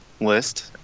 list